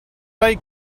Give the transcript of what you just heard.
play